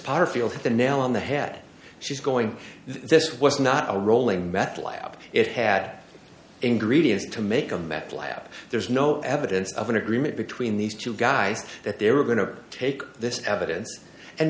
potter field hit the nail on the head she's going this was not a rolling meth lab it had ingredients to make a meth lab there's no evidence of an agreement between these two guys that they were going to take this evidence and